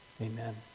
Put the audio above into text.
Amen